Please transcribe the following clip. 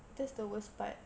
that's the worst part